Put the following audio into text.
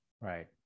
right